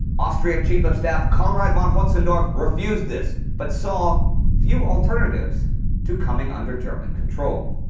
austrian chief of staff conrad von hotzendorf refused this, but saw few alternatives to coming under german control.